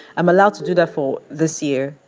i'm allowed to do that for this year,